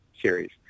series